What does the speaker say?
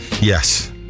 Yes